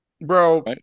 Bro